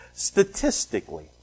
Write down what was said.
Statistically